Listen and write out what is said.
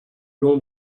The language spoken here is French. long